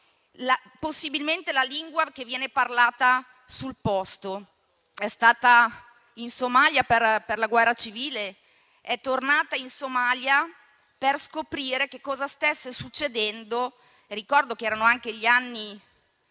possibilmente la lingua che viene parlata sul posto. È stata in Somalia per la guerra civile, e ci è tornata per scoprire che cosa stesse succedendo. Ricordo che erano anche gli anni